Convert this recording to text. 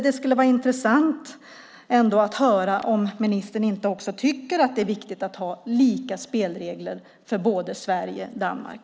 Det skulle vara intressant att höra om ministern inte också tycker att det är viktigt att ha lika spelregler för Sverige och Danmark.